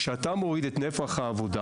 כשאתה מוריד את נפח העבודה